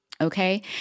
Okay